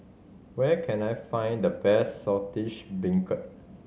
where can I find the best Saltish Beancurd